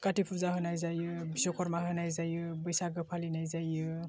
कार्ति फुजा होनाय जायो बिश्व कर्मा होनाय जायो बैसागु फालिनाय जायो